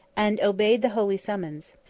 and obeyed the holy summons,